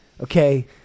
okay